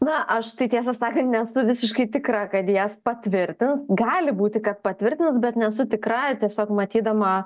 na aš tai tiesą sakant nesu visiškai tikra kad jas patvirtins gali būti kad patvirtins bet nesu tikra tiesiog matydama